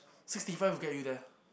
sixty five to get you there